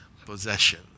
Possession